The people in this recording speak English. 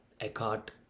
Eckhart